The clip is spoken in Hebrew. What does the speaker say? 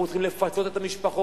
ואנחנו צריכים לפצות את המשפחות.